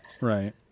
Right